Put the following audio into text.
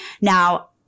Now